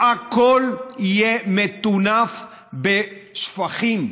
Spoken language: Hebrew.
הכול יהיה מטונף בשפכים.